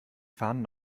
fahnen